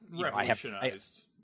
revolutionized